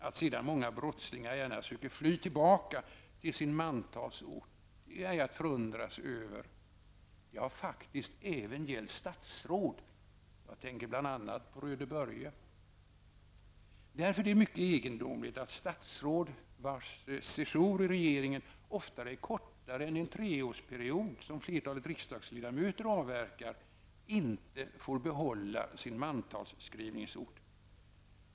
Att sedan många brottslingar gärna söker fly tillbaka till sin mantalsort är ej att förundras över. Det har faktiskt även gällt statsråd! Jag tänker bl.a. på Röde Börje. Därför är det mycket egendomligt att statsråd, vars sejour i regeringen ofta är kortare än den treårsperiod som flertalet riksdagsledamöter avverkar, inte får behålla sin mantalsskrivningsort.